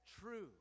true